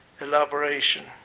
elaboration